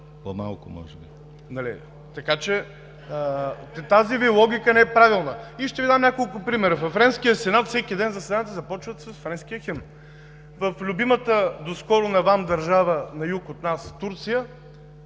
ЮЛИАН АНГЕЛОВ: Така че тази Ви логика не е правилна. И ще Ви дам няколко примера. Във Френския сенат всеки ден заседанията започват с френския химн. В любимата доскоро на вам държава на юг от нас – Турция,